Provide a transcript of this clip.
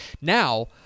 now